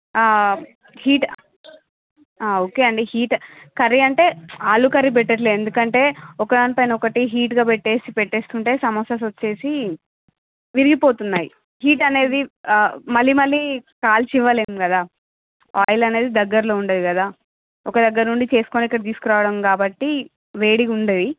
heat okay అండి heat curry అంటే ఆలూ కర్రీ పెట్టట్లేదు ఎందుకంటే ఒక దాని పైన ఒకటి హీటుగా పెట్టేసి పెట్టేస్తుంటే సమోసాస్ వచ్చేసి విరిగిపోతున్నాయి హీట్ అనేది మళ్ళీ మళ్ళీ కాల్చి ఇవ్వలేము కదా ఆయిల్ అనేది దగ్గరలో ఉండదు కదా ఒక దగ్గర నుండి చేసుకొని ఇక్కడకి తీసుకు రావడం కాబట్టి వేడిగుండదు అది